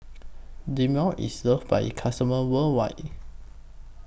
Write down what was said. Dermale IS loved By its customers worldwide